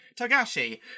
Togashi